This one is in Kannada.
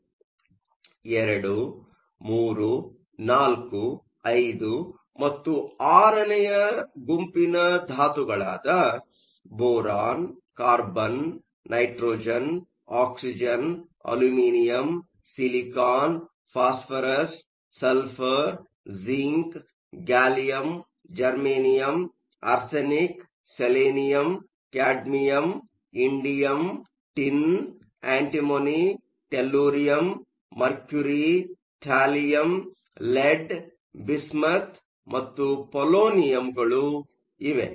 ಆದ್ದರಿಂದ II III IV V ಮತ್ತು VI ನೇ ಯ ಧಾತುಗಳಾದ boron carbon nitrogen oxygen aluminium silicon phosphorus sulphur zinc gallium germanium arsenic selenium cadmium indium tin antimony tellurium mercury thallium lead bismuth ಮತ್ತು ಪೊಲೊನಿಯಮ್ಗಳು ಇವೆ